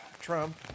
Trump